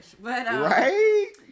Right